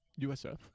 USF